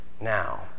Now